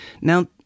Now